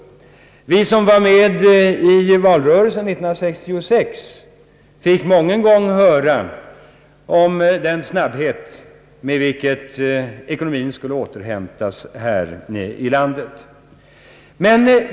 Vi som var med i valrörelsen år 1966 fick mången gång höra om den snabbhet, med vilken ekonomin skulle återhämtas här i landet.